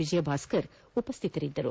ವಿಜಯ್ ಭಾಸ್ಕರ್ ಉಪಸ್ಟಿತರಿದ್ದರು